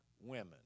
women